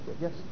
Yes